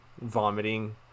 vomiting